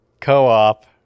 co-op